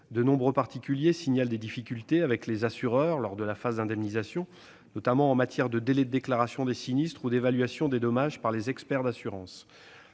De nombreux particuliers signalent des difficultés avec les assureurs lors de la phase d'indemnisation, notamment en matière de délais de déclaration des sinistres ou d'évaluation des dommages par les experts d'assurance.